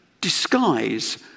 disguise